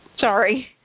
Sorry